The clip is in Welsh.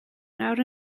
nawr